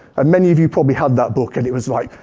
and many of you probably had that book, and it was like,